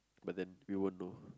but then we won't know